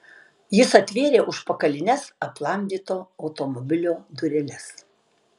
jis atvėrė užpakalines aplamdyto automobilio dureles